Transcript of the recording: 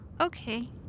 okay